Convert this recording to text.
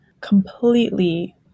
completely